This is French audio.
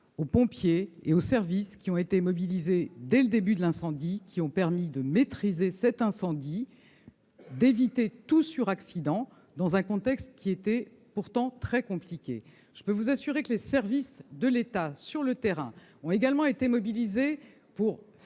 aux pompiers et aux services qui ont été mobilisés dès le début de l'incendie, qui ont permis de maîtriser ce dernier et d'éviter tout suraccident dans un contexte pourtant très compliqué. Je peux vous assurer que les services de l'État sur le terrain ont également été mobilisés pour